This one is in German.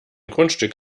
grundstück